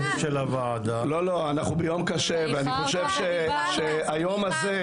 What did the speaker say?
אני חושב שהיום הזה,